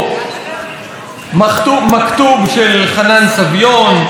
"מכתוב" של חנן סביון,